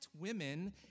women